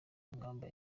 ngamba